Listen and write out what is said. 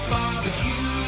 Barbecue